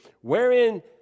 Wherein